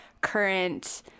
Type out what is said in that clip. current